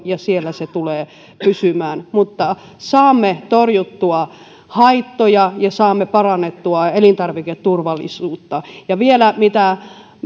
ja siellä se tulee pysymään mutta saamme torjuttua haittoja ja saamme parannettua elintarviketurvallisuutta ja vielä mitä